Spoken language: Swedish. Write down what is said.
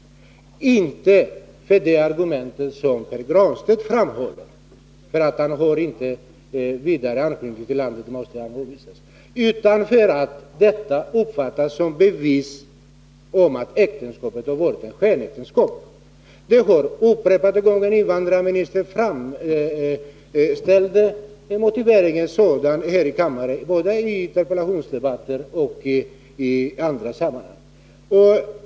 Det sker inte på grund av det argument som Pär Granstedt framhåller — att den utländske medborgaren inte vidare har anknytning till landet — utan för att detta uppfattas som bevis för att äktenskapet har varit ett skenäktenskap. Invandrarministern har givit denna motivering upprepade gånger här i kammaren, både i interpellationsdebatter och i andra sammanhang.